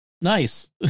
nice